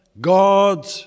God